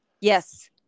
Yes